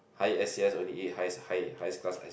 high S_E_S only eat high high high class ice cream